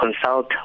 consult